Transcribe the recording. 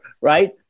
right